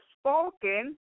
spoken